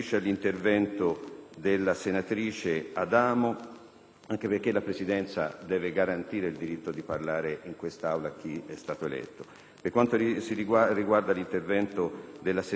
anche perché la Presidenza deve garantire il diritto di parlare in quest'Aula a chi è stato eletto. Per quanto riguarda l'intervento della senatrice Adamo, era stata già prevista un'informativa